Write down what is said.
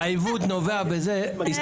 העוות נובע מזה,